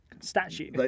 statue